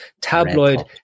tabloid